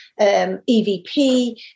EVP